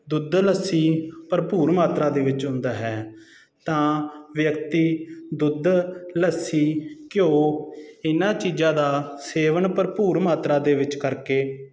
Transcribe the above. ਦੁੱਧ ਲੱਸੀ ਭਰਪੂਰ ਮਾਤਰਾ ਦੇ ਵਿੱਚ ਹੁੰਦਾ ਹੈ ਤਾਂ ਵਿਅਕਤੀ ਦੁੱਧ ਲੱਸੀ ਘਿਓ ਇਹਨਾਂ ਚੀਜ਼ਾਂ ਦਾ ਸੇਵਨ ਭਰਪੂਰ ਮਾਤਰਾ ਦੇ ਵਿੱਚ ਕਰਕੇ